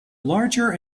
larger